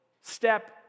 step